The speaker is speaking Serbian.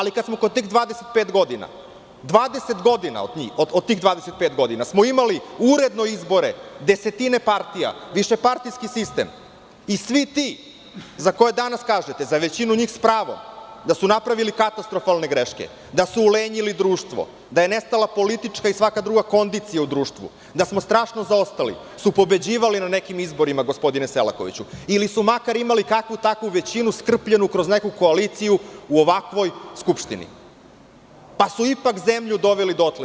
Kada smo kod 25 godina, 20 godina od tih 25 godina smo imali uredno izbore desetina partija, višepartijski sistem i svi ti za koje danas kažete i za većinu sa pravom da su napravili katastrofalne greške, da su ulenjili društvo, da je nestala politička i svaka druga kondicija u društvu, da smo strašno zaostali tu pobeđivali na nekim izborima gospodine Selakoviću, ili su makar imali kakvu-takvu većinu skrpljenu kroz neku koaliciju u ovakvoj skupštini, pa su ipak zemlju doveli dotle.